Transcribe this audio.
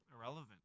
irrelevant